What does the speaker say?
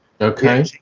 Okay